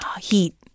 heat